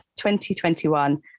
2021